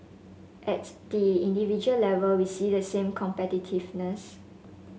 at the individual level we see the same competitiveness